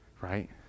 Right